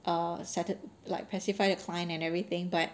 err sat~ like pacify the client and everything but